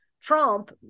Trump